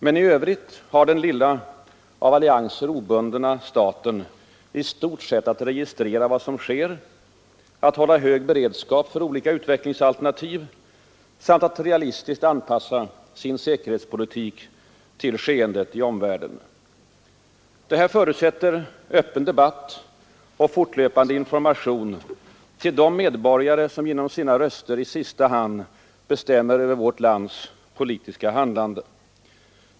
Men i övrigt har den lilla, av allianser obundna staten i stort sett att registrera vad som sker, hålla hög beredskap för olika utvecklingsalternativ samt att realistiskt anpassa sin säkerhetspolitik till skeendet i omvärlden. Detta förutsätter öppen debatt och fortlöpande information till de medborgare som genom sina röster i sista hand bestämmer över vårt lands politiska handlande.